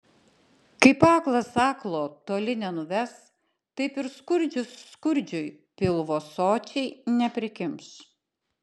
kaip aklas aklo toli nenuves taip ir skurdžius skurdžiui pilvo sočiai neprikimš